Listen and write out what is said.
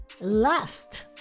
last